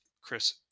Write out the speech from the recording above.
Chris